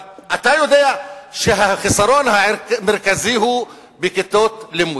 אבל אתה יודע שהחיסרון המרכזי הוא בכיתות לימוד.